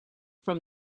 from